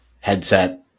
headset